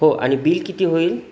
हो आणि बिल किती होईल